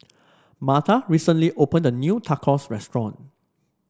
Martha recently opened a new Tacos Restaurant